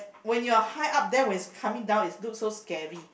when you're high up there when coming down it look so scary